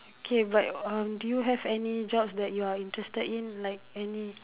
okay but um do you have any jobs that you're interested in like any